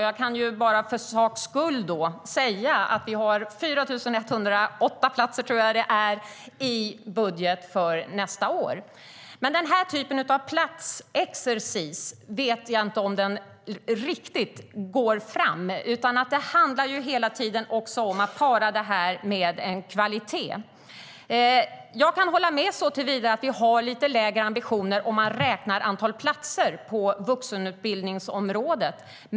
Jag kan bara för sakens skull säga att vi har 4 108 platser, tror jag att det är, i budgeten för nästa år. Jag vet dock inte om den typen av platsexercis går fram riktigt. Det handlar hela tiden om att också para det med kvalitet. Jag kan hålla med såtillvida att vi har lite lägre ambitioner om man räknar antal platser på vuxenutbildningsområdet.